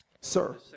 Sir